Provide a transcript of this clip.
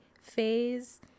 phase